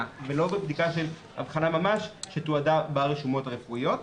ולא בבדיקה של אבחנה ממש שתועדה ברשומות רפואיות.